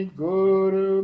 guru